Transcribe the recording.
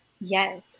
Yes